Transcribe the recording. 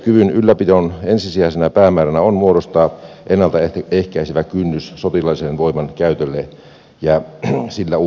puolustuskyvyn ylläpidon ensisijaisena päämääränä on muodostaa ennalta ehkäisevä kynnys sotilaallisen voiman käytölle ja sillä uhkaamiselle